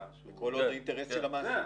שהוא --- וכל עוד זה אינטרס של המעסיק.